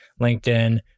LinkedIn